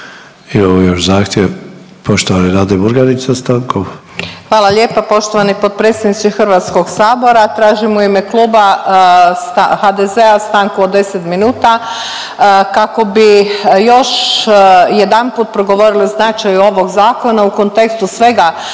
Imamo još zahtjev poštovane Nade Murganić za stankom. **Murganić, Nada (HDZ)** Hvala lijepa poštovani potpredsjedniče HS. Tražim u ime Kluba HDZ-a stanku od 10 minuta kako bi još jedanput progovorili o značaju ovog zakona u kontekstu svega